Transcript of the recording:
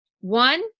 One